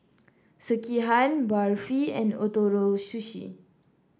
Sekihan Barfi and Ootoro Sushi